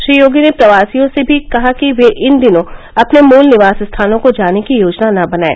श्री योगी ने प्रवासियों से भी कहा कि वे इन दिनों अपने मूल निवास स्थानों को जाने की योजना न बनाएं